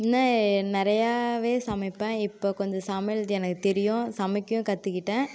இன்றும் நிறையாவே சமைப்பேன் இப்போ கொஞ்சம் சமையல் எனக்கு தெரியும் சமைக்கவும் கற்றுக்கிட்டேன்